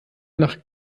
nach